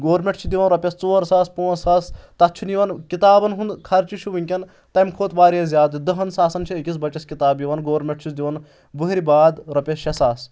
government چھُ دِوان رۄپیَس ژور ساس پانٛژھ ساس تَتھ چھُنہٕ یِوان کِتابن ہُنٛد خرچہِ چھُ وٕنکؠن تمہِ کھۄتہٕ واریاہ زیادٕ دہَن ساسن چھِ أکِس بَچَس کِتاب یِوان گورمنٹ چھُس دِوان وٕہٕرۍ باد رۄپیَس شیٚے ساس